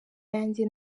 yanjye